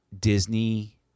Disney